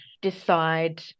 decide